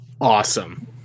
Awesome